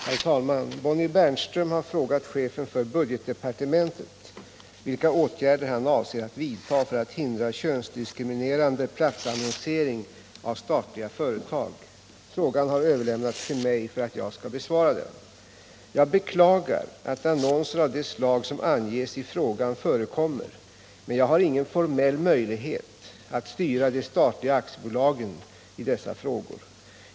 Herr talman! Bonnie Bernström har frågat chefen för budgetdepartementet vilka åtgärder han avser att vidta för att hindra könsdiskriminerande platsannonsering av statliga företag. Frågan har överlämnats till mig för att jag skall besvara den. Jag beklagar att annonser av det slag som anges i frågan förekommer, men jag har ingen formell möjlighet att styra de statliga aktiebolagen i dessa frågor.